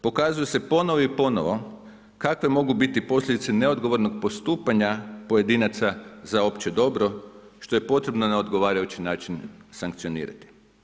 Pokazuje se ponovo i ponovo kakve mogu biti posljedice neodgovornog postupanja pojedinaca za opće dobro, što je potrebno na odgovarajući način sankcionirati.